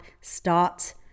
start